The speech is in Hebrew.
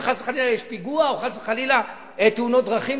אם חס וחלילה יש פיגוע או חס וחלילה תאונות דרכים,